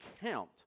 count